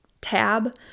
tab